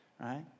Right